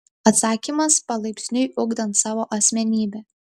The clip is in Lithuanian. atsakymas palaipsniui ugdant savo asmenybę